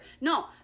No